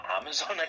Amazon